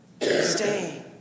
Stay